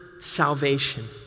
salvation